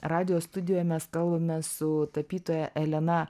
radijo studijoje mes kalbame su tapytoja elena